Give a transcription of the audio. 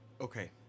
Okay